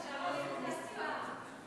כבוד שר התחבורה, זה הסיכום שלך, נכון?